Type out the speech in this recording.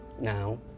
now